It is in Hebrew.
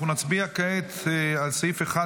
אנחנו נצביע כעת על סעיף 1,